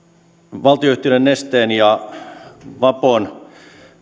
valtionyhtiöiden nesteen ja vapon